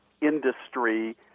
industry